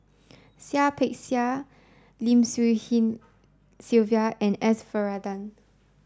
Seah Peck Seah Lim Swee Lian Sylvia and S Varathan